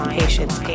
patients